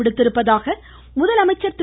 விடுத்திருப்பதாக முதலமைச்சர் திரு